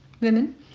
women